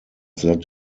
that